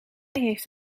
heeft